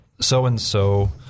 so-and-so